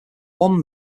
one